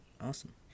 awesome